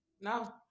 no